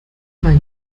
mal